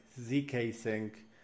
ZK-Sync